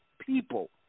people